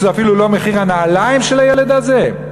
שזה אפילו לא מחיר הנעליים של הילד הזה?